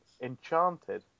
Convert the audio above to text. Enchanted